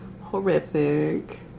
horrific